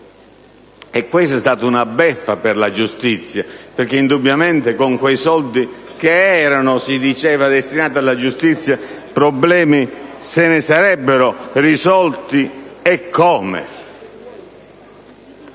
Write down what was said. Questa è stata una beffa per la giustizia, perché indubbiamente, con quei soldi, che erano, si diceva, destinati alla giustizia, di problemi se ne sarebbero risolti, eccome.